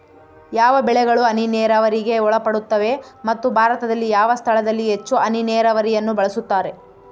ಯಾವ ಬೆಳೆಗಳು ಹನಿ ನೇರಾವರಿಗೆ ಒಳಪಡುತ್ತವೆ ಮತ್ತು ಭಾರತದಲ್ಲಿ ಯಾವ ಸ್ಥಳದಲ್ಲಿ ಹೆಚ್ಚು ಹನಿ ನೇರಾವರಿಯನ್ನು ಬಳಸುತ್ತಾರೆ?